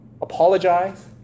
apologize